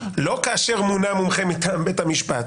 לא כאשר מונה מומחה מטעם בית המשפט,